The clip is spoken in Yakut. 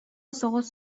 соҕус